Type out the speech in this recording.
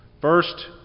First